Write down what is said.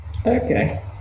Okay